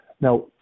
Now